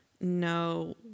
no